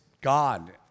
God